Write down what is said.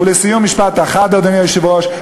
ולסיום, משפט אחד, אדוני היושב-ראש.